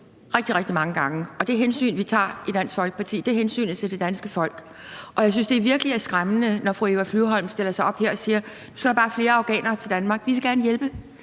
rigtig, rigtig mange gange, og det hensyn, vi tager i Dansk Folkeparti, er hensynet til det danske folk. Jeg synes, at det virkelig er skræmmende, når fru Eva Flyvholm stiller sig op her og siger, at nu skal der bare flere afghanere til Danmark. Vi vil gerne hjælpe,